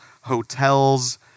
hotels